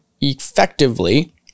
effectively